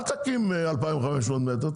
אל תקים 2,500 מטר,